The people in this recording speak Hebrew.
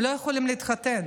הם לא יכולים להתחתן.